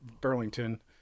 Burlington